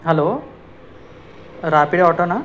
hello Rapido ఆటోనా